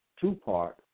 two-part